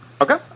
Okay